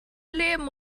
leben